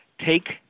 take